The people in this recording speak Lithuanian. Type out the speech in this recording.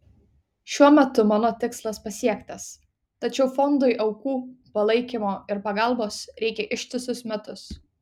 šiuo metu mano tikslas pasiektas tačiau fondui aukų palaikymo ir pagalbos reikia ištisus metus